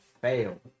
Fail